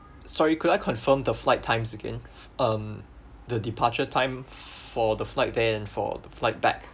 sorry could I confirm the flight times again um the departure time for the flight there and for the flight back